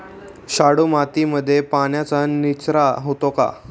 शाडू मातीमध्ये पाण्याचा निचरा होतो का?